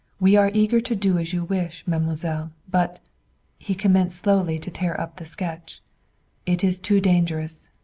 we are eager to do as you wish, mademoiselle. but he commenced slowly to tear up the sketch it is too dangerous.